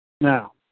Now